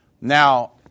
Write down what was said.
Now